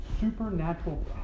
supernatural